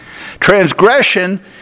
Transgression